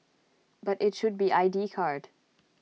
but IT should be I D card